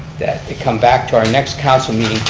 that it come back to our next council meeting,